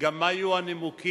גם מה היו הנימוקים,